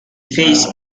face